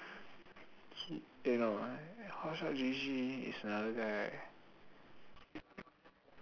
eh no hotshotgg is another guy eh